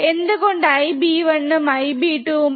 എന്തുകൊണ്ട് IB1ഉം IB2ഉം